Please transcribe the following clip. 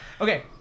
Okay